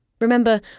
Remember